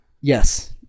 Yes